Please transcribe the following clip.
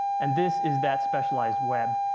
and this is that specialized web.